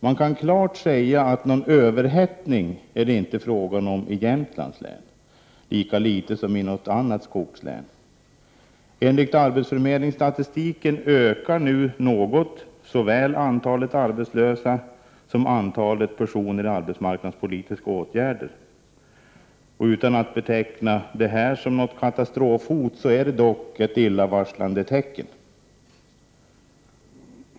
Man kan klart säga att det inte är fråga om någon överhettning i Jämtlands län, lika litet som i något annat skogslän. Enligt arbetsförmedlingsstatistiken ökar nu något såväl antalet arbetslösa som antalet personer i arbetsmarknadspolitiska åtgärder. Utan att beteckna detta som ett katastrofhot, är det dock ett illavarslande tecken.